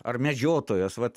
ar medžiotojas vat